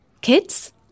Kids